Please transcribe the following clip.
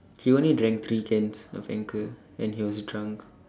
he only drank three cans of Anchor and he was drunk